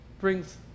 brings